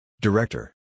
Director